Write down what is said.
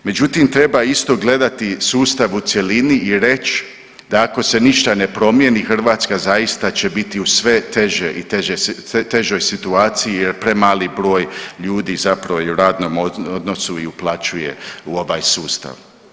Međutim, treba isto gledati sustav u cjelini i reć da ako se ništa ne promijeni Hrvatska zaista će biti u sve teže i teže sve težoj situaciji jer premali broj ljudi zapravo je u radnom odnosu i uplaćuje u ovaj sustav.